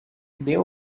there